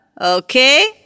Okay